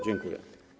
Dziękuję.